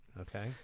Okay